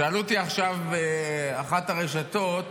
שאלו אותי עכשיו באחת הרשתות